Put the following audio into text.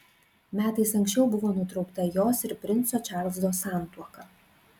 metais anksčiau buvo nutraukta jos ir princo čarlzo santuoka